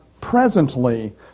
presently